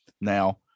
now